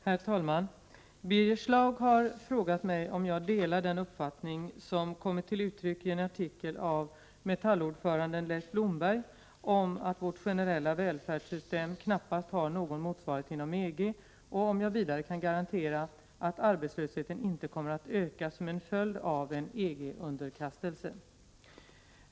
Herr talman! Birger Schlaug har frågat mig om jag delar den uppfattning som kommit till uttryck i en artikel av metallordföranden Leif Blomberg om att vårt generella välfärdssystem knappast har någon motsvarighet inom EG och om jag vidare kan garantera att arbetslösheten inte kommer att öka som en följd av en ”EG-underkastelse”.